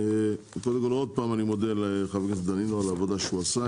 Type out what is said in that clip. ואני שוב מודה לחבר הכנסת דנינו על העבודה שהוא עשה,